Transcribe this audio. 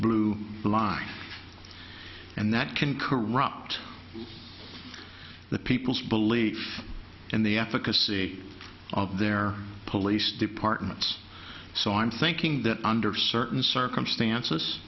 blue line and that can corrupt the people's belief in the efficacy of their police departments so i'm thinking that under certain circumstances